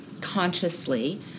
consciously